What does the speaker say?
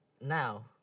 now